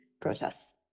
protests